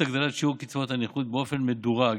הגדלת שיעור קצבאות הנכות באופן מדורג